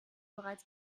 bereits